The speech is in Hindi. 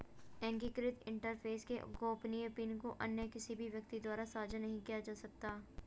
एकीकृत इंटरफ़ेस के गोपनीय पिन को अन्य किसी भी व्यक्ति द्वारा साझा नहीं किया जा सकता